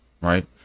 right